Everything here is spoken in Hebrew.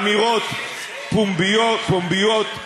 אמירות פומביות,